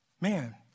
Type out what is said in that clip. Man